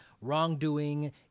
wrongdoing